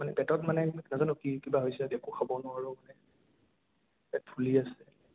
মানে পেটত মানে নাজানো কি কিবা হৈছে যদি একো খাব নোৱাৰোঁ পেট পেট ফুলি আছে